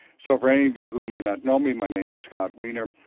so for any of you who may not know me my name is scott weiner,